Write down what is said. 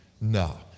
No